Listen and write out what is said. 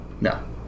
No